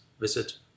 visit